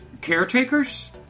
caretakers